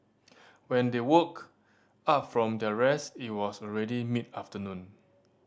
when they woke up from their rest it was already mid afternoon